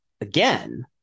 again